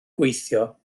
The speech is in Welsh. gweithio